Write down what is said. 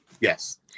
Yes